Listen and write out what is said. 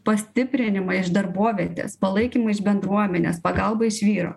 pastiprinimą iš darbovietės palaikymą iš bendruomenės pagalbą iš vyro